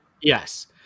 Yes